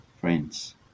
friends